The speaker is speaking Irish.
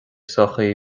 sochaí